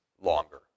longer